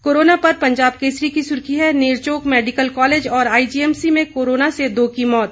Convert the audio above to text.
corona पर पंजाब केसरी की सुर्खी है नेर चौक मैडिकल कॉलेज और आईजीएमसी में कोरोना से दो की मौत